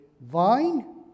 vine